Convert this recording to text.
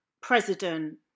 president